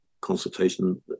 consultation